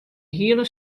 hiele